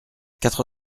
quatre